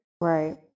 Right